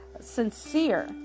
sincere